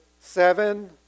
seven